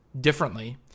differently